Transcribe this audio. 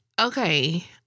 Okay